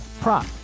prop